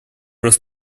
раз